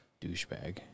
douchebag